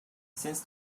since